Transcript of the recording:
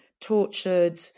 tortured